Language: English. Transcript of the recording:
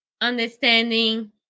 understanding